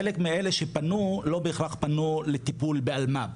חלק מאלה שפנו, לא בהכרח פנו לטיפול באלמ"פ.